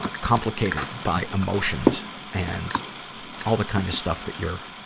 ah complicated by emotions and all the kind of stuff that you're,